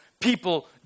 people